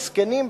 מסכנים,